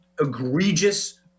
egregious